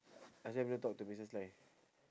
that's why I don't talk to missus lai